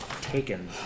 taken